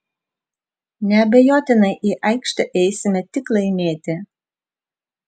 neabejotinai į aikštę eisime tik laimėti